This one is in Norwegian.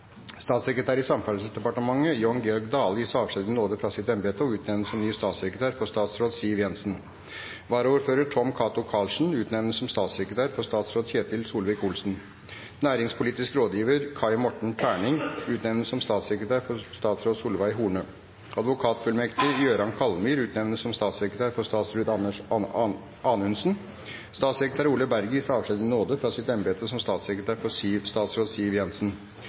Statssekretær i Samferdselsdepartementet Jon Georg Dale gis avskjed i nåde fra sitt embete og utnevnes på ny som statssekretær for statsråd Siv Jensen. Varaordfører Tom Cato Karlsen utnevnes til statssekretær for statsråd Ketil Solvik-Olsen. Næringspolitisk rådgiver Kai-Morten Terning utnevnes til statssekretær for statsråd Solveig Horne. Advokatfullmektig Jøran Kallmyr utnevnes til statssekretær for statsråd Anders Anundsen. Statssekretær Ole Berget gis avskjed i nåde fra sitt embete som statssekretær for statsråd Siv Jensen.